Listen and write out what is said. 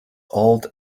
old